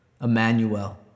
Emmanuel